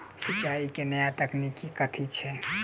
सिंचाई केँ नया तकनीक कथी छै?